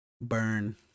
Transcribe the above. burn